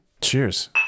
Cheers